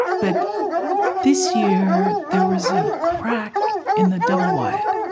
but this year, there was a crack in the double-wide.